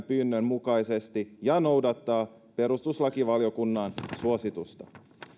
pyynnön mukaisesti ja noudattaa perustuslakivaliokunnan suositusta